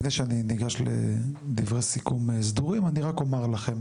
לפני שאני ניגש לדברי סיכום סדורים אני רק אומר לכם